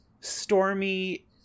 Stormy